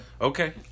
Okay